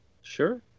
sure